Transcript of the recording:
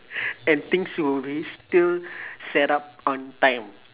and things will really still set up on time